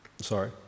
Sorry